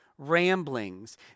ramblings